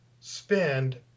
spend